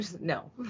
no